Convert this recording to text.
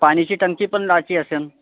पाणीची टंकी पण लावायची असेल